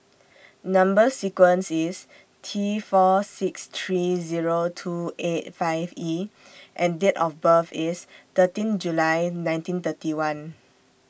Number sequence IS T four six three Zero two eight five E and Date of birth IS thirteen July nineteen thirty one